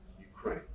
Ukraine